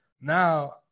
now